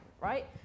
right